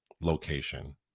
location